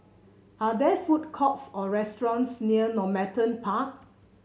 are there food courts or restaurants near Normanton Park